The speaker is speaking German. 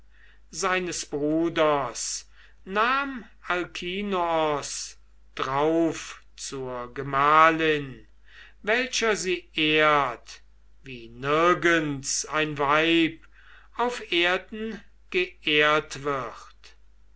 seines bruders nahm alkinoos drauf zur gemahlin welcher sie ehrt wie nirgends ein weib auf erden geehrt wird